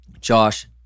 Josh